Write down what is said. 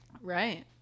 Right